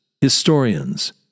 historians